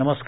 नमस्कार